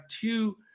two